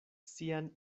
sian